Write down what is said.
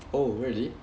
oh really